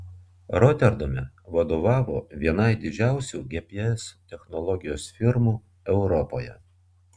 roterdame vadovavo vienai didžiausių gps technologijos firmų europoje